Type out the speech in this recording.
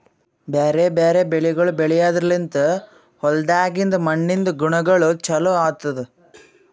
ಬ್ಯಾರೆ ಬ್ಯಾರೆ ಬೆಳಿಗೊಳ್ ಬೆಳೆದ್ರ ಲಿಂತ್ ಹೊಲ್ದಾಗಿಂದ್ ಮಣ್ಣಿನಿಂದ ಗುಣಗೊಳ್ ಚೊಲೋ ಆತ್ತುದ್